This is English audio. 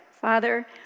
Father